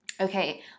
okay